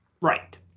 Right